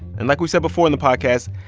and like we said before in the podcast,